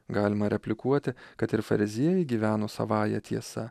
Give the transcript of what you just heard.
galima replikuoti kad ir fariziejai gyveno savąja tiesa